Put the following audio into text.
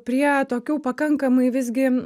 prie tokių pakankamai visgi